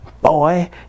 Boy